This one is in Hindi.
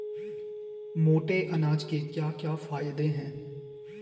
मोटे अनाज के क्या क्या फायदे हैं?